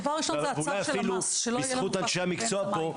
ואולי אפילו בזכות אנשי המקצוע פה,